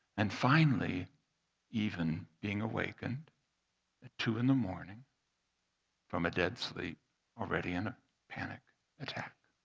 and finally even being awakened at two in the morning from a dead sleep already in a panic attack.